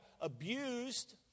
abused